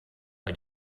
bei